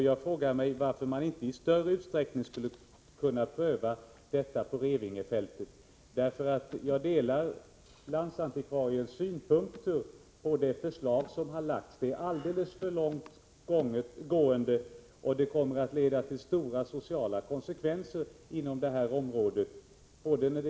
Jag frågar mig varför man inte i större utsträckning skulle kunna pröva detta beträffande Revingefältet. Jag delar landsantikvariens synpunkt att det förslag som lagts fram är alldeles för långtgående och kommer att leda till stora sociala konsekvenser inom området.